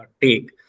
take